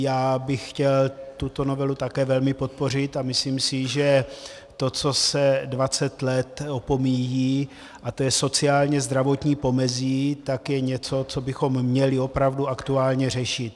I já bych chtěl tuto novelu také velmi podpořit a myslím si, že to, co se dvacet let opomíjí, a to je sociálnězdravotní pomezí, je něco, co bychom měli opravdu aktuálně řešit.